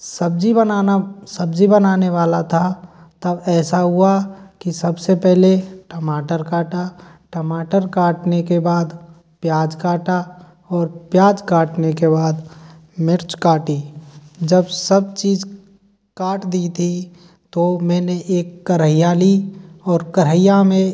सब्ज़ी बनाना सब्ज़ी बनाने वाला था तब ऐसा हुआ कि सबसे पहले टमाटर काटा टमाटर काटने के बाद प्याज काटा और प्याज काटने के बाद मिर्च काटी जब सब चीज़ काट दी थी तो मैंने एक करइहा ली और करइहा में